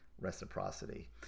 reciprocity